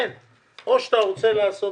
או שאתה חושב